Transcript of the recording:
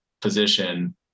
position